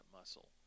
muscle